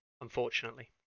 unfortunately